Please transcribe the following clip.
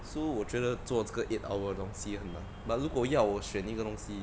so 我觉得做这个 eight hour 的东西很难 but 如果要我选一个东西